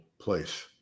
place